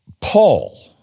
Paul